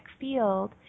field